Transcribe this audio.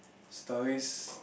stories